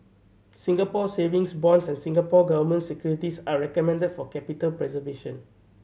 Singapore Savings Bonds and Singapore Government Securities are recommended for capital preservation